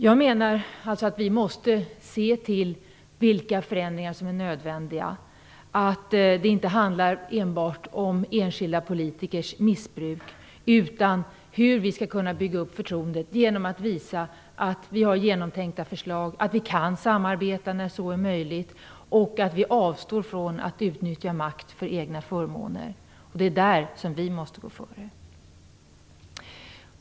Vi måste alltså se till vilka förändringar som är nödvändiga, att det inte enbart handlar om enskilda politikers missbruk utan om hur vi skall kunna bygga upp förtroendet genom att visa att vi har genomtänkta förslag, att vi kan samarbeta och att vi avstår från att utnyttja makt för egna förmåner. Det är där som vi måste gå före.